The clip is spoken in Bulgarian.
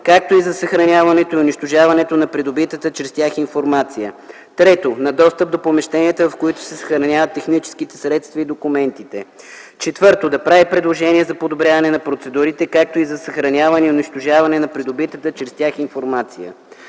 както и за съхраняването и унищожаването на придобитата чрез тях информация; 3. на достъп до помещенията, в които се съхраняват техническите средства и документите; 4. да прави предложения за подобряване на процедурите, както и за съхраняване и унищожаване на придобитата чрез тях информация.